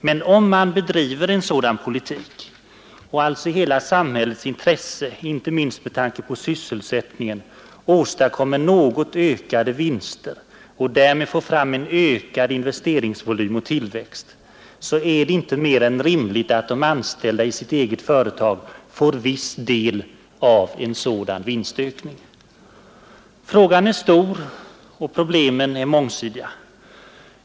Men om man bedriver en sådan politik — och alltså i hela samhällets intresse, inte minst med tanke på sysselsättningen åstadkommer något ökade vinster och därmed får fram en ökad investeringsvolym och tillväxt — så är det inte mer än rimligt att de anställda i sitt eget företag får viss del av en sådan vinstökning. Frågan är stor, och problemen är mångsidiga.